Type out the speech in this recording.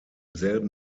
selben